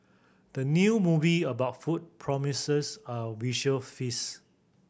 the new movie about food promises a visual feast